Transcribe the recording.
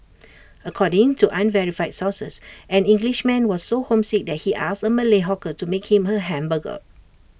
according to unverified sources an Englishman was so homesick that he asked A Malay hawker to make him A hamburger